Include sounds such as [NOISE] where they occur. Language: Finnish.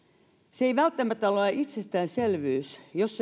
se ei välttämättä ole ole itsestäänselvyys jos [UNINTELLIGIBLE]